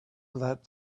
that